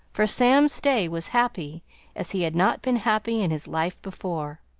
for sam stay was happy as he had not been happy in his life before.